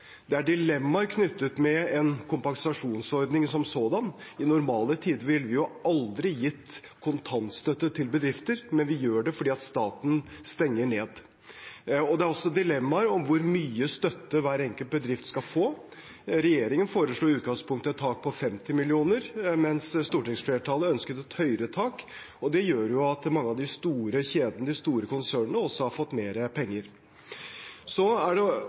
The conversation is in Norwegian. Det er dilemmaer knyttet til en kompensasjonsordning som sådan. I normale tider ville vi jo aldri gitt kontantstøtte til bedrifter, men vi gjør det fordi staten stenger ned. Det er også dilemmaer når det gjelder hvor mye støtte hver enkelt bedrift skal få. Regjeringen foreslo i utgangspunktet et tak på 50 mill. kr, men stortingsflertallet ønsket et høyere tak, og det gjør jo at mange av de store kjedene og de store konsernene også har fått mer penger. Regjeringen er